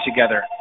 together